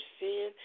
sin